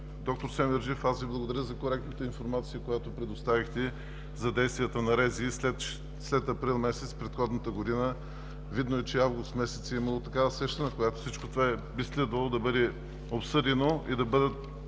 Доктор Семерджиев, благодаря за коректната информация, която предоставихте за действията на РЗИ след април месец предходната година. Видно е, че август месец е имало такава среща, на която всичко това би следвало да бъде обсъдено и да бъдат